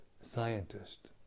scientist